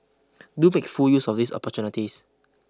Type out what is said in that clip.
do make full use of these opportunities